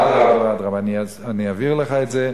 אדרבה ואדרבה, אני אעביר לך את זה.